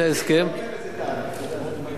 אתה לא אומר איזה תאריך, יקוים.